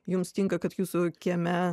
jums tinka kad jūsų kieme